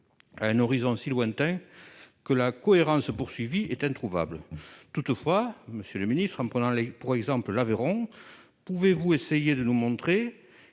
à un horizon aussi lointain que la cohérence poursuivi est introuvable, toutefois, monsieur le ministre, en prenant le lait pour exemple l'Aveyron, pouvez-vous essayer de nous montrer